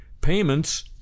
payments